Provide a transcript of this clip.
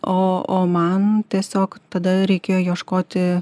o o man tiesiog tada reikėjo ieškoti